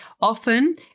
often